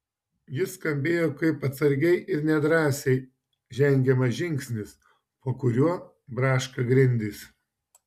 jis skambėjo kaip atsargiai ir nedrąsiai žengiamas žingsnis po kuriuo braška grindys